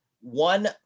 one